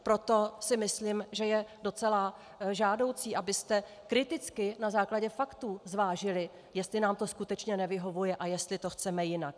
Proto si myslím, že je docela žádoucí, abyste kriticky na základě faktů zvážili, jestli nám to skutečně nevyhovuje a chceme to jinak.